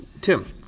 Tim